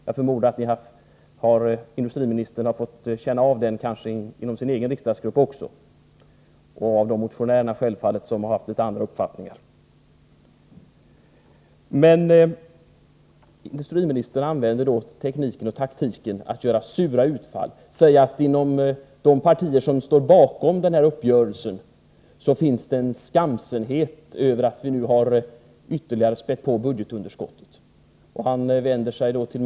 Jag förmodar att industriministern har fått känna av det även inom sin egen riksdagsgrupp och självfallet från de motionärer som har haft andra uppfattningar. Industriministern använder tekniken och taktiken att göra sura utfall, att säga att det inom de partier som står bakom uppgörelsen finns en skamsenhet över att vi nu spätt på budgetunderskottet ytterligare.